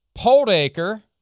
Poldacre